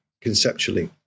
conceptually